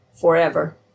forever